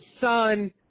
son